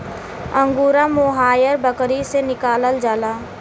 angora mohair बकरी से निकालल जाला